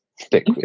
stick